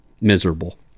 miserable